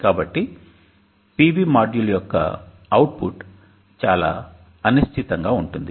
కాబట్టి PV module యొక్క output చాలా అనిశ్చితంగా ఉంటుంది